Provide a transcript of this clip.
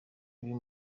uyu